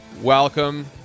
welcome